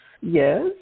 Yes